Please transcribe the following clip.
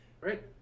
Right